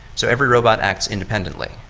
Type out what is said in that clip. so every robot acts independently.